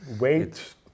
Wait